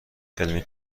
علمی